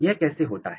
यह कैसे होता है